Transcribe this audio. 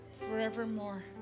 forevermore